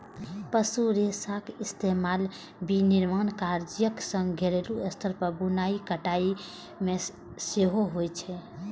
पशु रेशाक इस्तेमाल विनिर्माण कार्यक संग घरेलू स्तर पर बुनाइ कताइ मे सेहो होइ छै